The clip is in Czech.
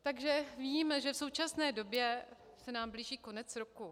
Takže víme, že v současné době se nám blíží konec roku.